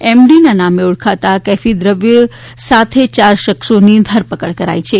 એમડીના નામે ઓળખાતા આ કેફી પદાર્થ સાથે યાર શખ્સોની ધરપકડ કરાઇ છે